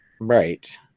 Right